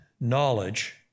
knowledge